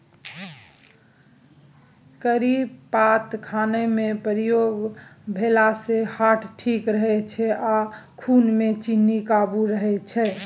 करी पात खानामे प्रयोग भेलासँ हार्ट ठीक रहै छै आ खुनमे चीन्नी काबू रहय छै